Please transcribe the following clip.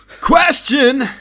Question